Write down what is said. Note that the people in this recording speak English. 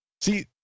See